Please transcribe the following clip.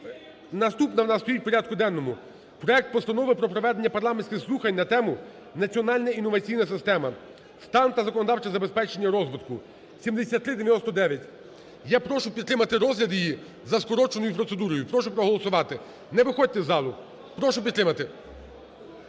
Наступна в нас стоїть в порядку денному проект Постанови про проведення парламентських слухань на тему: "Національна інноваційна система: стан та законодавче забезпечення розвитку" (7399). Я прошу підтримати розгляд її за скороченою процедурою. Прошу проголосувати. Не виходьте з залу! Прошу підтримати.